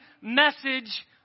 message